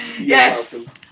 Yes